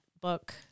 book